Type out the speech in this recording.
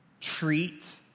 Treat